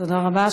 תודה רבה.